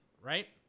right